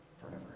Forever